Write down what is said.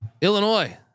Illinois